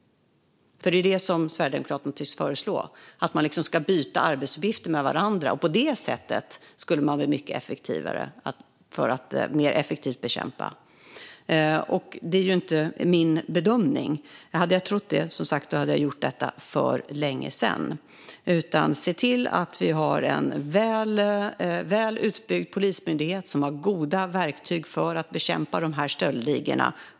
Sverigedemokraterna tycks föreslå att man ska byta arbetsuppgifter med varandra och på det sättet bli mycket effektivare i att bekämpa brott. Det är inte min bedömning. Hade jag trott det hade jag gjort detta för länge sedan. Vi ska se till att vi har en väl utbyggd polismyndighet som har goda verktyg för att bekämpa de här stöldligorna.